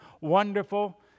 wonderful